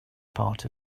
part